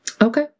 Okay